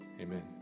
Amen